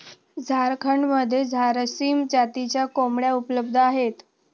झारखंडमध्ये झारसीम जातीच्या कोंबड्या उपलब्ध आहेत